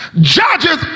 Judges